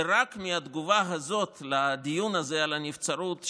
זה רק מהתגובה הזאת על הדיון הזה על הנבצרות,